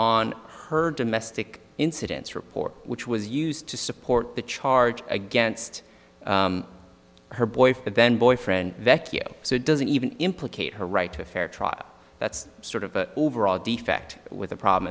on her domestic incidents report which was used to support the charge against her boyfriend then boyfriend vecchio so it doesn't even implicate her right to a fair trial that's sort of an overall defect with the problem